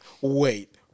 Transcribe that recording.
wait